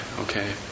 Okay